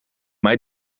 mij